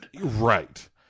Right